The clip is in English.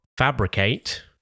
Fabricate